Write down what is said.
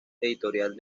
editorial